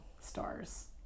stars